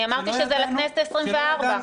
אני אמרתי שזה לכנסת העשרים-וארבע.